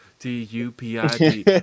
D-U-P-I-D